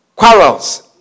Quarrels